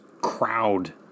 crowd